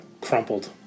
crumpled